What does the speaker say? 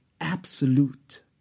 absolute